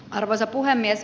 arvoisa puhemies